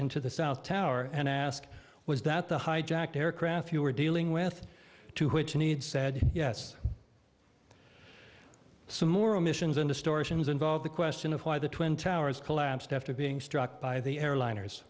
into the south tower and ask was that the hijacked aircraft you were dealing with to which need said yes some more omissions and distortions involve the question of why the twin towers collapsed after being struck by the airliners